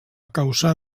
causar